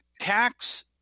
tax